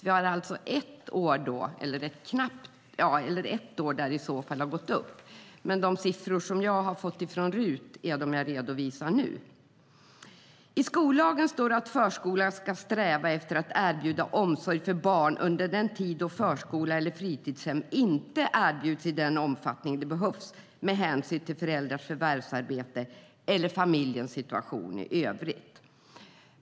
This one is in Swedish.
Vi har alltså ett år där det i så fall har gått upp, men de siffror som jag har fått från RUT är de jag redovisar nu. I skollagen står det att kommunen ska sträva efter att erbjuda omsorg för barn under den tid då förskola eller fritidshem inte erbjuds i den omfattning det behövs med hänsyn till föräldrars förvärvsarbete eller familjens situation i övrigt.